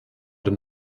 den